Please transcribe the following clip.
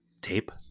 tape